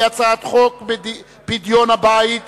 והיא הצעת חוק פדיון הבית,